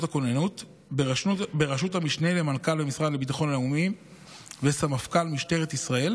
הכוננות בראשות המשנה למנכ"ל במשרד לביטחון לאומי וסמפכ"ל משטרת ישראל,